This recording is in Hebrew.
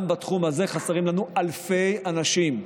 גם בתחום הזה חסרים לנו אלפי אנשים.